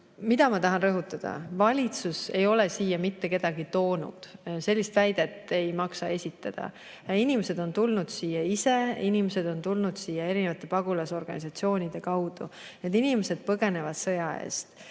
Ma tahan rõhutada, et valitsus ei ole siia mitte kedagi toonud. Sellist väidet ei maksa esitada. Inimesed on tulnud siia ise, inimesed on tulnud siia eri pagulasorganisatsioonide kaudu. Need inimesed põgenevad sõja eest.